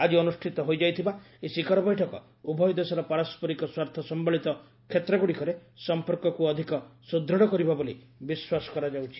ଆକି ଅନୁଷ୍ଠିତ ହୋଇଥିବା ଏହି ଶିଖର ବୈଠକ ଉଭୟ ଦେଶର ପାରସ୍କରିକ ସ୍ୱାର୍ଥ ସମ୍ଭଳିତ କ୍ଷେତ୍ରଗୁଡ଼ିକରେ ସଫପର୍କକୁ ଅଧିକ ସୁଦୃଢ଼ କରିବ ବୋଲି ବିଶ୍ୱାସ କରାଯାଉଛି